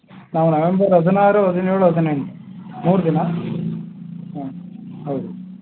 ನಾವು ನವೆಂಬರ್ ಹದಿನಾರು ಹದಿನೇಳು ಹದಿನೆಂಟು ಮೂರು ದಿನ ಹಾಂ ಹೌದು